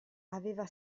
aveva